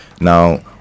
Now